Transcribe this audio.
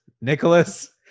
Nicholas